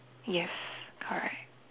yes correct